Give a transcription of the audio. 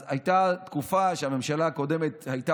אז הייתה תקופה שהממשלה הקודמת הייתה